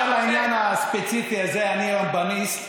באשר לעניין הספציפי הזה אני רמב"מיסט,